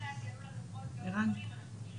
לפחות מספר ימים בשנה,